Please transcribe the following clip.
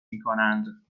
میکنند